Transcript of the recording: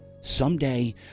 Someday